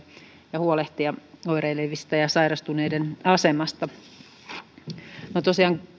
ja huolehtia oireilevista ja sairastuneiden asemasta on tosiaan